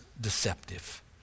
deceptive